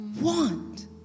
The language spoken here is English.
want